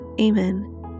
Amen